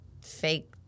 fake